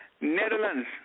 Netherlands